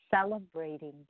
Celebrating